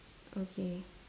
okay